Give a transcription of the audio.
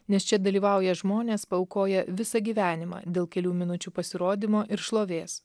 nes čia dalyvauja žmonės paaukoję visą gyvenimą dėl kelių minučių pasirodymo ir šlovės